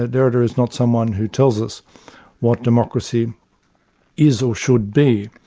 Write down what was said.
ah derrida is not someone who tells us what democracy is or should be,